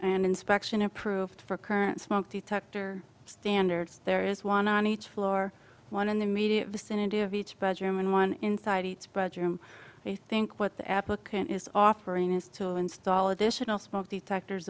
an inspection approved for current smoke detector standards there is one on each floor one in the immediate vicinity of each bedroom and one inside its budget room i think what the applicant is offering is to install additional smoke detectors